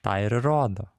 tą ir įrodo